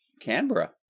Canberra